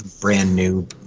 brand-new